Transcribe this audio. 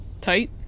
Tight